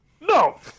No